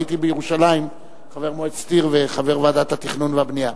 הייתי בירושלים חבר מועצת עיר וחבר ועדת התכנון והבנייה.